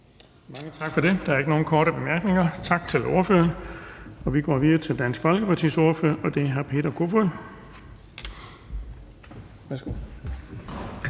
Tak for det. Der er ikke nogen korte bemærkninger. Tak til ordføreren. Vi kan gå videre til Dansk Folkepartis ordfører, og det er fru Mette Thiesen.